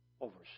overseer